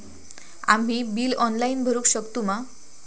आम्ही bill online भरुक शकतू मा?